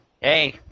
Hey